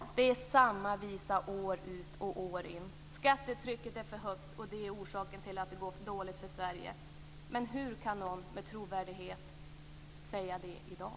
Det är samma visa år ut och år in. "Skattetrycket är för högt och det är orsaken till att det går dåligt för Sverige." Men hur kan någon med trovärdighet säga det i dag?